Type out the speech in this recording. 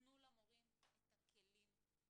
תנו למורים את הכלים,